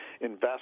invest